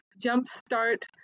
jumpstart